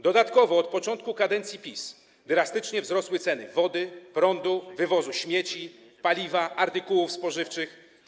Dodatkowo od początku kadencji PiS drastycznie wzrosły ceny wody, prądu, wywozu śmieci, paliwa, artykułów spożywczych.